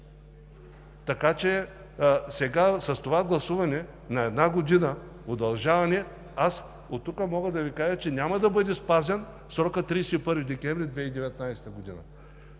още утре. С това гласуване за една година удължаване – аз оттук мога да Ви кажа, че няма да бъде спазен срокът 31 декември 2019 г.